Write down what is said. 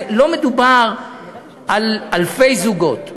לא מדובר על אלפי זוגות,